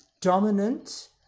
dominant